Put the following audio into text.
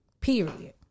period